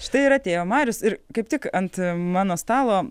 štai ir atėjo marijus ir kaip tik ant mano stalo